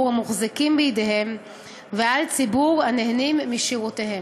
המוחזקים בידיהם ועל ציבור הנהנים משירותיהם.